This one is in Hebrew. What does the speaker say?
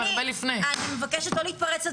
אנחנו מצליחים להוציא המוני אנשים לרחוב תנועה הולכת וגואה.